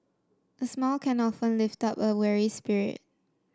a smile can often lift up a weary spirit